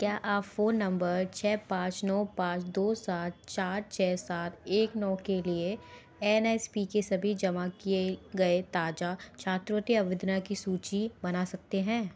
क्या आप phone number छः पाँच नौ पाँच दो सात चार छः सात एक नौ के लिए एन एस पी के सभी जमा किए गए ताज़ा छात्रवृत्ति आवेदनों की सूची बना सकते हैं